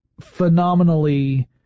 phenomenally